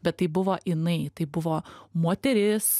bet tai buvo jinai tai buvo moteris